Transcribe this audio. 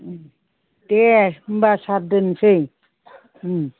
दे होनबा सार दोननोसै